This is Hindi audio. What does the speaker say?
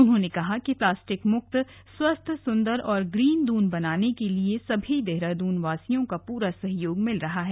उन्होंने कहा कि प्लास्टिक मुक्त स्वस्थ सुंदर और ग्रीन दून बनाने के लिए सभी देहरादून वासियों का पूरा सहयोग मिल रहा है